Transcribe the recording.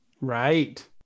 Right